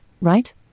right